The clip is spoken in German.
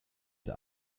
der